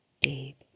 deep